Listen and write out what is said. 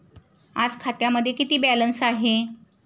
आज खात्यामध्ये किती बॅलन्स आहे?